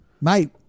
Mate